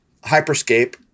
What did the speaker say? Hyperscape